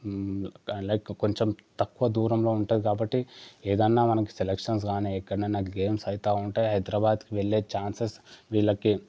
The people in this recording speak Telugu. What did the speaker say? లైక్ కొంచెం తక్కువ దూరంలో ఉంటుంది కాబట్టి ఏదైనా మనకి సెలక్షన్స్ లాగానే ఎక్కడైనా గేమ్స్ అవుతూ ఉంటాయి హైదరాబాద్కి వెళ్ళే ఛాన్సెస్ వీళ్ళకి